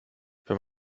wenn